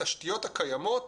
התשתיות הקיימות